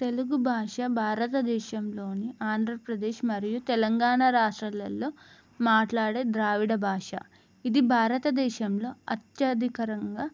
తెలుగు భాష భారతదేశంలోని ఆంధ్రప్రదేశ్ మరియు తెలంగాణ రాష్ట్రాలలో మాట్లాడే ద్రావిడ భాష ఇది భారతదేశంలో అత్యధికంగా